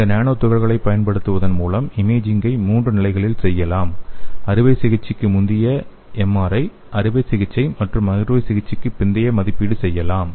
இந்த நானோ துகள்களைப் பயன்படுத்துவதன் மூலம் இமேஜிங்கை மூன்று நிலைகளில் செய்யலாம் அறுவை சிகிச்சைக்கு முந்தைய எம்ஆர்ஐ அறுவை சிகிச்சை மற்றும் அறுவை சிகிச்சைக்குப் பிறகு மதிப்பீடு செய்யலாம்